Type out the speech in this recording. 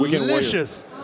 delicious